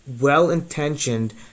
well-intentioned